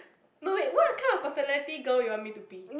no wait what kind of personality girl you want me to be